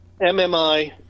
MMI